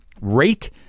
rate